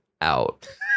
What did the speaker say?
out